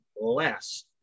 less